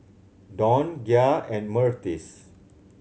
Dawne Gia and Myrtis